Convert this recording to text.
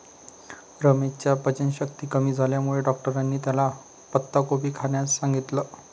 रमेशच्या पचनशक्ती कमी झाल्यामुळे डॉक्टरांनी त्याला पत्ताकोबी खाण्यास सांगितलं